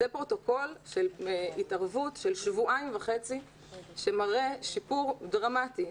זה פרוטוקול של התערבות של שבועיים וחצי שמראה שיפור דרמטי.